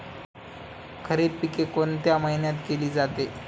खरीप पिके कोणत्या महिन्यात केली जाते?